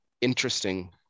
interesting